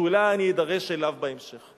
שאולי אני אדרש אליו בהמשך.